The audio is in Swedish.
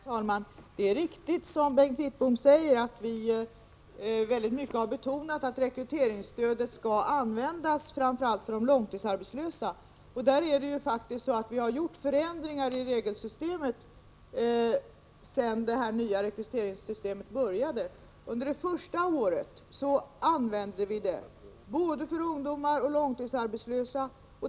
Herr talman! Det är riktigt, som Bengt Wittbom säger, att vi mycket starkt har betonat att rekryteringsstödet skall användas framför allt för de långtidsarbetslösa. Vi har faktiskt gjort förändringar i regelsystemet sedan det nya rekryteringssystemet började tillämpas. Under första året använde vi det både för ungdomar och långtidsarbetslösa.